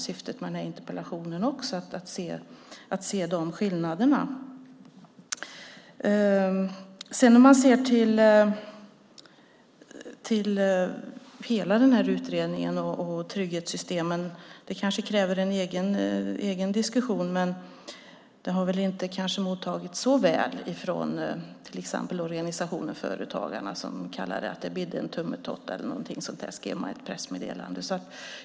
Syftet med den här interpellationen var också att se de skillnaderna. Hela den här utredningen och trygghetssystemen kräver kanske en egen diskussion, men detta har väl inte mottagits så väl av till exempel organisationen Företagarna, som säger att det bidde en tummetott eller något sådant. Det skrev man i ett pressmeddelande.